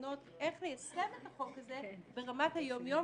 תקנות איך ליישם את החוק הזה ברמת היום יום.